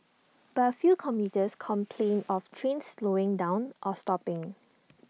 but A few commuters complained of trains slowing down or stopping